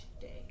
day